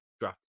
draft